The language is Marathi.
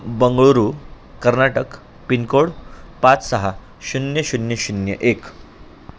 बंगळूरू कर्नाटक पिनकोड पाच सहा शून्य शून्य शून्य एक